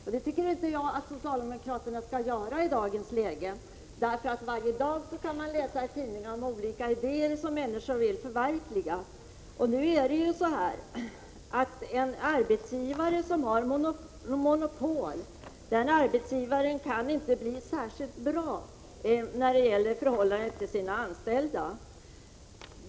Men det tycker jag inte att socialdemokraterna skall göra i dagens läge. Varje dag kan man ju läsa i tidningarna om olika idéer som människor vill förverkliga. En arbetsgivare som har monopol kan inte skapa ett särskilt bra förhållande till sina anställda.